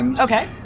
Okay